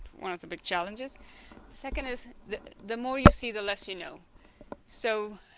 one of the big challenges second is the the more you see the less you know so